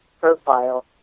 profile